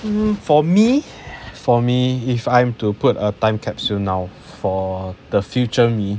um for me for me if I am to put a time capsule now for the future me